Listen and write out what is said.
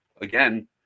again